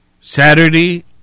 Saturday